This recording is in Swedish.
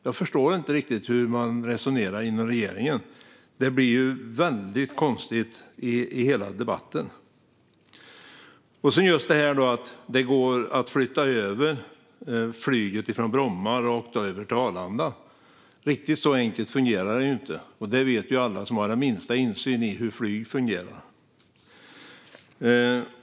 Jag förstår inte riktigt hur man resonerar inom regeringen. Hela debatten blir väldigt konstig. Sedan är det inte riktigt så enkelt att rakt av flytta över flyget från Bromma till Arlanda, och det vet ju alla som har minsta insyn i hur flyg fungerar.